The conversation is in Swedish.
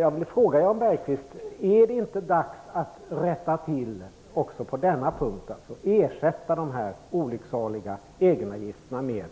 Jag vill fråga Jan Bergqvist om det inte är dags att rätta till också på denna punkt och ersätta de olycksaliga egenavgifterna med